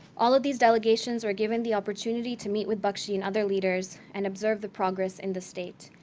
all of these delegations were given the opportunity to meet with bakshi and other leaders, and observe the progress in the state.